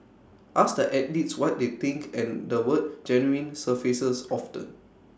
ask the athletes what they think and the word genuine surfaces often